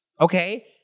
okay